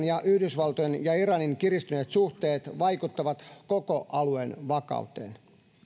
ja yhdysvaltojen ja iranin kiristyneet suhteet vaikuttavat koko alueen vakauteen